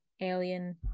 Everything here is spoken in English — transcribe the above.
alien